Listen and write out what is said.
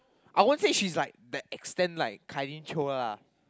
I won't see she's like that extent like Kai-Lin chio lah